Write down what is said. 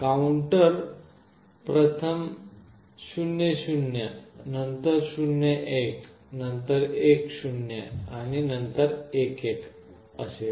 counter प्रथम 00 नंतर 01 नंतर 10 आणि नंतर 11 असेल